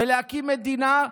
ולהקים מדינה,